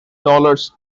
dollars